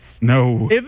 No